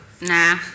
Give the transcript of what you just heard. Nah